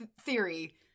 theory